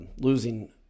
losing